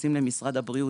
נכנסים למשרד הבריאות,